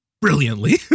brilliantly